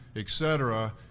et cetera,